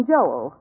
Joel